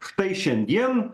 štai šiandien